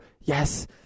Yes